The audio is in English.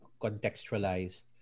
contextualized